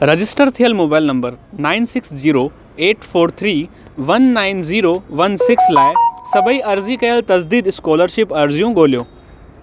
register थियल mobile number nine six zero eight four three one nine zero one six लाइ सभई अर्ज़ी कयल तजदीद स्कोलरशिप अर्ज़ियूं ॻोल्हियो